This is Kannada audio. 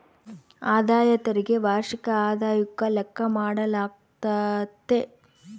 ಆದಾಯ ತೆರಿಗೆ ವಾರ್ಷಿಕ ಆದಾಯುಕ್ಕ ಲೆಕ್ಕ ಮಾಡಾಲಾಗ್ತತೆ